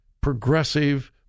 progressive